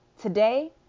Today